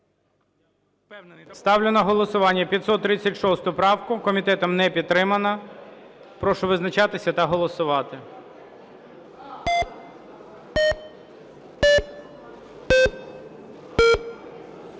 Ставлю на голосування 536 правку. Комітетом не підтримана. Прошу визначатися та голосувати.